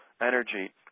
energy